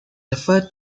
referred